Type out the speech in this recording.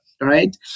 right